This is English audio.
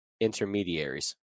intermediaries